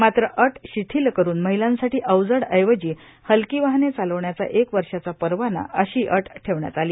मात्र अ शिथील करून महिलांसाठी अवजड ऐवजी हलकी वाहने चालवण्याचा एक वर्षांचा परवाना अशी अ ठेवण्यात आली